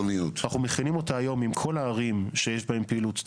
אנחנו מכינים אותה היום עם כל הערים שיש בהן פעילות תמ"א.